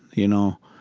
you know,